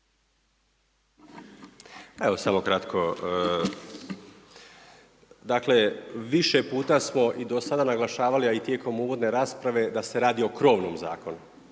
evo samo kratko. Dakle, više puta smo i dosada naglašavali a i tijekom uvodne rasprave da se radi o krovnom zakonu.